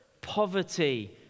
poverty